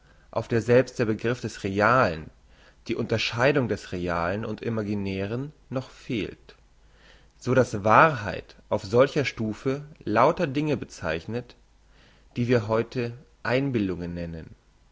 auf der selbst der begriff des realen die unterscheidung des realen und imaginären noch fehlt so dass wahrheit auf solcher stufe lauter dinge bezeichnet die wir heute einbildungen nennen